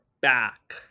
back